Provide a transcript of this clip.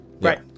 Right